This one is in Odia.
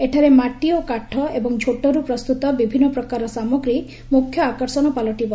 ଏଠାରେ ମାଟି ଓ କାଠ ଏବଂ ଝୋଟରୁ ପ୍ରସ୍ତୁତ ବିଭିନ୍ନ ପ୍ରକାରର ସାମଗ୍ରୀ ମୁଖ୍ୟ ଆକର୍ଷଣ ପାଲଟିବ